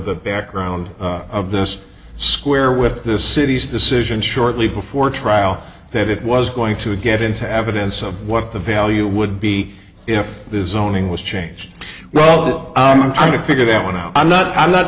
the background of this square with this city's decision shortly before trial that it was going to get into evidence of what the value would be if this zoning was changed rob i'm trying to figure that one out i'm not i'm not